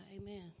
Amen